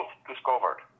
discovered